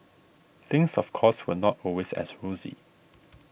things of course were not always as rosy